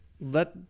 let